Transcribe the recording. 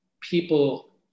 people